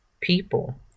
people